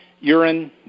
urine